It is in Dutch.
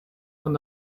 van